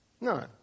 None